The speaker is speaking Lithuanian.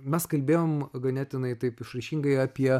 mes kalbėjom ganėtinai taip išraiškingai apie